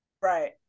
Right